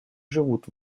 живут